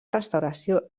restauració